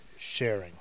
SHARING